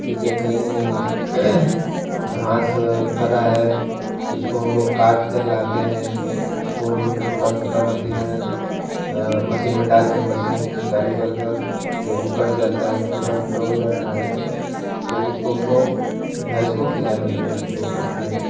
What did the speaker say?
जैसे कही घास फरा है तो उसको हम लोग काट कर लेट है उसको हम लोग छोटा छोटा मशीन में मशीन में डाल कर मशीन चालूकर कर जब वो कट जाता है छोटा छोटा हो जाता है तो उसको हम लोग भैंस को खिलाने में उपयोग करते है